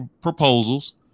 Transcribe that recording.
proposals